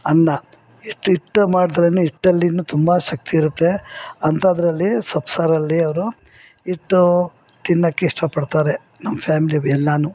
ಅನ್ನ ಹಿಟ್ ಹಿಟ್ ಮಾಡಿದ್ರೆ ಹಿಟ್ಟಲ್ಲಿ ತುಂಬ ಶಕ್ತಿ ಇರುತ್ತೆ ಅಂಥದ್ರಲ್ಲಿ ಸೊಪ್ ಸಾರಲ್ಲಿ ಅವರು ಹಿಟ್ಟು ತಿನ್ನೊಕ್ಕೆ ಇಷ್ಟಪಡ್ತಾರೆ ನಮ್ಮ ಫ್ಯಾಮ್ಲಿ ಎಲ್ಲ